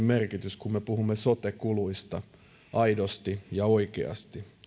merkitys kun me puhumme sote kuluista aidosti ja oikeasti